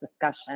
discussion